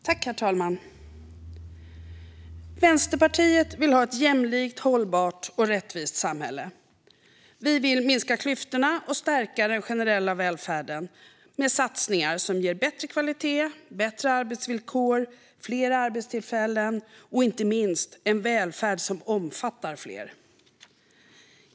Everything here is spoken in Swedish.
Herr talman! Vänsterpartiet vill ha ett jämlikt, hållbart och rättvist samhälle. Vi vill minska klyftorna och stärka den generella välfärden med satsningar som ger bättre kvalitet, bättre arbetsvillkor, fler arbetstillfällen och, inte minst, en välfärd som omfattar fler.